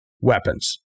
weapons